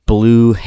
Blue